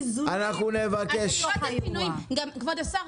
כבוד השר,